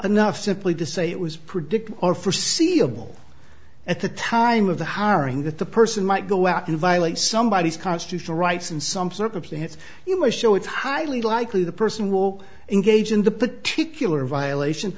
ugh simply to say it was predicted or forseeable at the time of the hiring that the person might go out and violate somebody constitutional rights in some circumstance you might show it's highly likely the person will engage in the